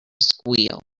squeal